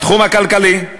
בתחום הכלכלי,